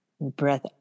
Breath